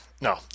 No